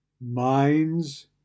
minds